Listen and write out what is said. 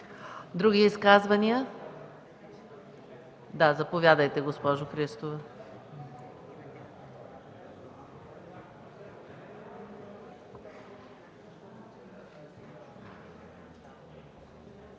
Други изказвания? Заповядайте, госпожо Христова.